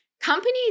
Companies